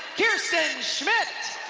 kierstin schmitt.